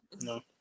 No